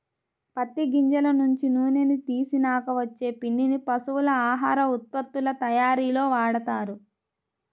పత్తి గింజల నుంచి నూనెని తీసినాక వచ్చే పిండిని పశువుల ఆహార ఉత్పత్తుల తయ్యారీలో వాడతారు